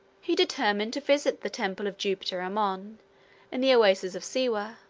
he determined to visit the temple of jupiter ammon in the oasis of siwah,